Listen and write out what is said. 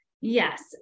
Yes